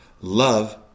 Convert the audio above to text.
Love